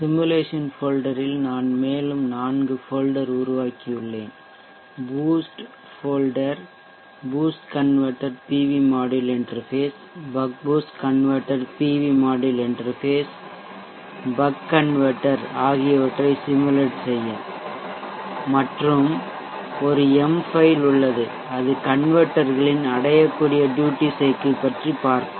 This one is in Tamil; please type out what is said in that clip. சிமுலேசன் ஃபோல்டரில் நான் மேலும் நான்கு ஃபோல்டர் உருவாக்கியுள்ளேன் boost folder boost converter PV module interface buck boost converter PV module interface buck converter ஆகியவற்றை சிமுலேட் செய்ய மற்றும் ஒரு M file உள்ளது அது கன்வெர்ட்டர் களின் அடையக்கூடிய டியூட்டி சைக்கிள் பற்றி பார்க்கும்